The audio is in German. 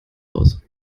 aus